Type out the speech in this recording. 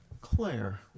Claire